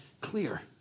Clear